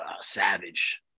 savage